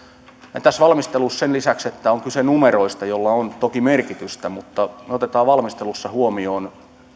sen lisäksi että on kyse numeroista joilla on toki merkitystä me otamme tässä valmistelussa huomioon